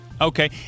Okay